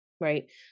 right